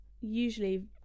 Usually